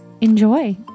enjoy